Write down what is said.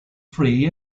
free